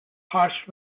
harsh